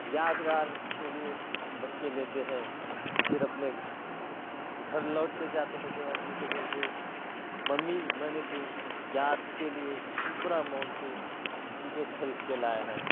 یادگار کے لیے بچے لیتے ہیں پھر اپنے گھر گھر لوٹ کے جاتے ہیں تو امی کو بولتے ہیں ممی میں نے تو یاد کے لیے شپرا مال سے چیزیں خرید کے لائے ہیں